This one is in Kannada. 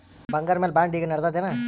ಬಂಗಾರ ಮ್ಯಾಲ ಬಾಂಡ್ ಈಗ ನಡದದೇನು?